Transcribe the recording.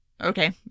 Okay